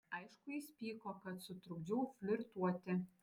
aišku jis pyko kad sutrukdžiau flirtuoti